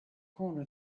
corner